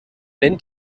nennt